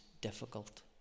difficult